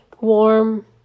warm